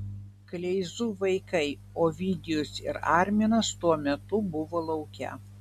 kleizų vaikai ovidijus ir arminas tuo metu buvo lauke